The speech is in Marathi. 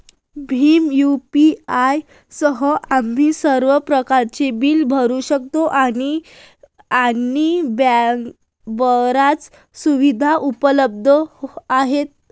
भीम यू.पी.आय सह, आम्ही सर्व प्रकारच्या बिले भरू शकतो आणि बर्याच सुविधा उपलब्ध आहेत